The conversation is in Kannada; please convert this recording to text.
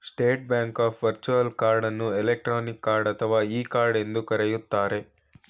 state bank of virtual card ಅನ್ನು ಎಲೆಕ್ಟ್ರಾನಿಕ್ ಕಾರ್ಡ್ ಅಥವಾ ಇ ಕಾರ್ಡ್ ಎಂದು ಕರೆಯುತ್ತಾರೆ